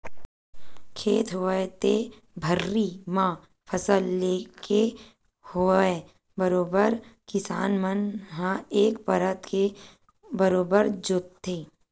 खेत होवय ते भर्री म फसल लेके होवय बरोबर किसान मन ह एक परत के बरोबर जोंतथे